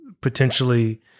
potentially